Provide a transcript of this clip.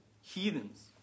heathens